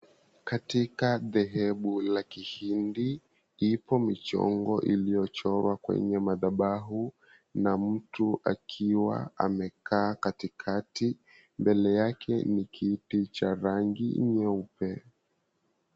Katika dhehebu la kihindi, ipo michongo iliyochorwa kwenye madhabahu na mtu akiwa amekaa katikati. Mbele yake ni kiti cha rangi nyeupe.